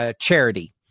charity